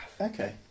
Okay